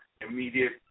immediate